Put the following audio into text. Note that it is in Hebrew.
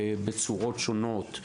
בצורות שונות,